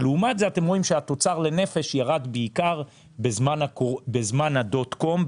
אבל לעומת זאת אתם רואים שהתוצר לנפש ירד בעיקר בזמן הדוט-קום,